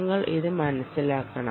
നിങ്ങൾ ഇത് മനസ്സിലാക്കണം